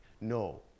No